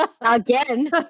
Again